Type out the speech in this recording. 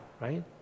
right